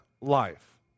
life